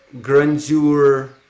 grandeur